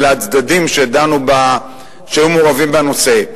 אלא הצדדים שהיו מעורבים בנושא.